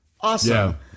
awesome